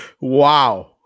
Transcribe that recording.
Wow